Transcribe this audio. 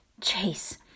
Chase